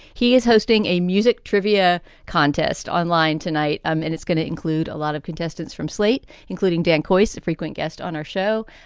he is hosting a music trivia contest online tonight. um and it's going to include a lot of contestants from slate, including dan kois, a frequent guest on our show.